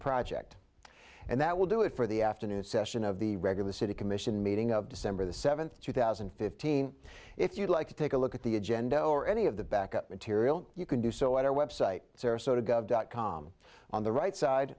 project and that will do it for the afternoon session of the regular city commission meeting of december the seventh two thousand and fifteen if you'd like to take a look at the agenda or any of the back up material you can do so at our website sarasota gov dot com on the right side